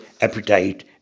appetite